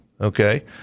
Okay